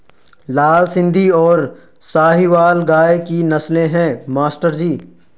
लाल सिंधी और साहिवाल गाय की नस्लें हैं मास्टर जी